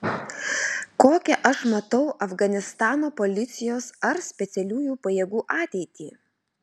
kokią aš matau afganistano policijos ar specialiųjų pajėgų ateitį